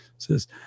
says